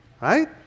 right